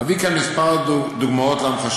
אביא כאן כמה דוגמאות להמחשה: